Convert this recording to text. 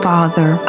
Father